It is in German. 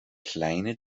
kleine